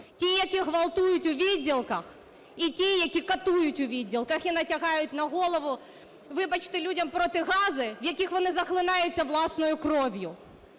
ті, які ґвалтують у відділках і ті, які катують у відділках і натягають на голову, вибачте, людям протигази, в яких вони захлинаються власною кров'ю.